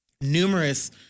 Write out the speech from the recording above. numerous